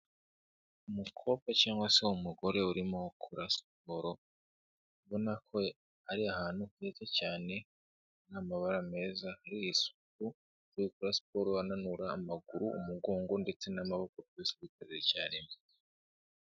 Umukobwa cyangwase umugore urimo gukora siporo, ubona ko ari ahantu heza cyane, hari amabara meza, hari isuku, akaba ari gukora siporo ananura amaguru, umugongo, ndetse n'amaboko byose akabikorera icyarimwe.